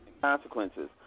consequences